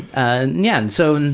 and yeah, and so,